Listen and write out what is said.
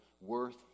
worth